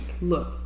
look